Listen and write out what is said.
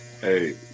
Hey